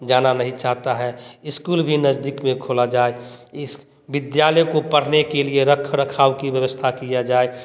जाना नहीं चाहता है स्कूल भी नजदीक में खोला जाए इस विद्यालय को पढ़ने के लिए रखरखाव की व्यवस्था किया जाए